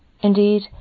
Indeed